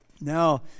Now